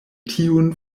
tiun